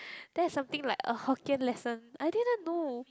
there's something like a Hokkien lesson I didn't know